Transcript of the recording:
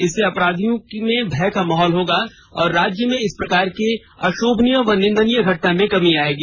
इससे अपराधियों में भय का माहौल होगा और राज्य में इस प्रकार के अशोभनीय व निंदनीय घटना में कमी आयेगी